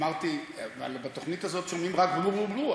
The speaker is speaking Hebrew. אמרתי: בתוכנית הזאת שומעים רק בלו-בלו-בלו.